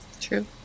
True